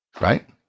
right